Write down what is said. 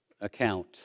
account